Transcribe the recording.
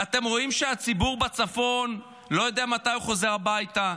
אתם רואים שהציבור בצפון לא יודע מתי הוא חוזר הביתה.